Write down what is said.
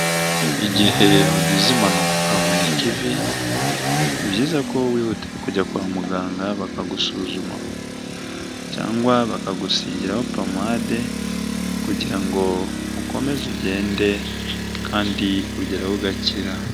Igihe ugize impanuka ukavunika ivi, ni byiza ko wihutira kujya kwa muganga bakagusuzuma cyangwa bakagusigiraho pomade kugira ngo ukomeze ugende kandi ugeraho ugakira.